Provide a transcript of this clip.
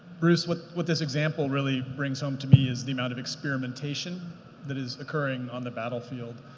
bruce, what what this example really brings home to me, is the amount of experimentation that is occurring on the battlefield.